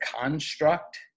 construct